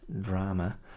drama